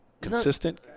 consistent